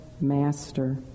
master